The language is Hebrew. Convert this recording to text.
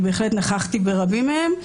בהחלט נכחתי ברבים מהם,